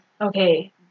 okay